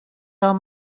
are